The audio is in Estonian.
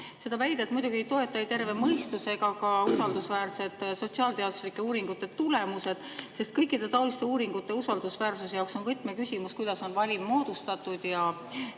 Seda väidet muidugi ei toeta ei terve mõistus ega ka sotsiaalteaduslike uuringute tulemused, sest kõikide taoliste uuringute usaldusväärsuse seisukohalt on võtmeküsimus, kuidas on valim moodustatud.Me